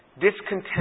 discontent